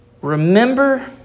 remember